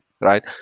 right